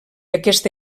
aquesta